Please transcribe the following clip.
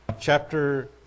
chapter